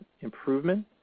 improvement